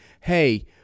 hey